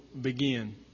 begin